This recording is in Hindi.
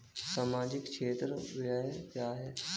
सामाजिक क्षेत्र व्यय क्या है?